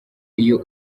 iyo